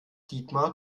dietmar